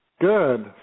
Good